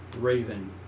Raven